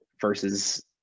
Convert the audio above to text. versus